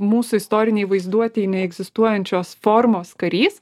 mūsų istorinėj vaizduotėj neegzistuojančios formos karys